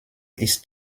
ist